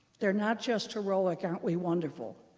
they're not just heroic, aren't we wonderful?